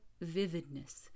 vividness